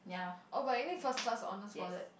oh but you need first class honours for that